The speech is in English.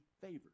favored